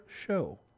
show